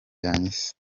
yanyise